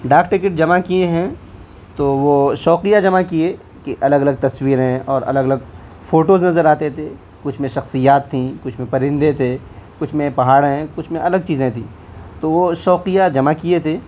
ڈاک ٹکٹ جمع کیے ہیں تو وہ شوقیہ جمع کیے کہ الگ الگ تصویریں اور الگ الگ فوٹوز نظر آتے تھے کچھ میں شخصیات تھیں کچھ میں پرندے تھے کچھ میں پہاڑیں کچھ میں الگ چیزیں تھی تو وہ شوقیہ جمع کیے تھے